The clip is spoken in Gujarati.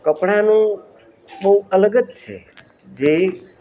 કપડાનું બહુ અલગ જ છે જે